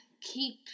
keep